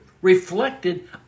reflected